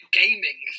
gaming